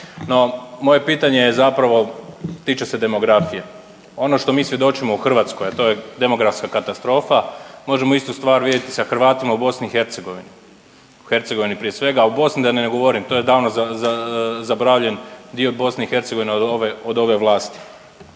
No, moje pitanje je zapravo tiče se demografije. Ono što mi svjedočimo u Hrvatskoj a to je demografska katastrofa možemo istu stvar vidjeti da Hrvatima u BiH, u Hercegovini prije svega, a u Bosni da ne govorim. To je davno zaboravljen dio Bosne i Hercegovine od ove vlasti.